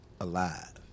alive